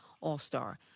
all-star